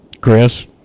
Chris